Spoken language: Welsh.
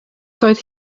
doedd